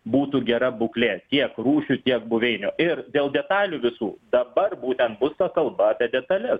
būtų gera būklė tiek rūšių tiek buveinių ir dėl detalių visų dabar būtent bus ta kalba apie detales